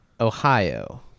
Ohio